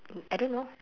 I don't know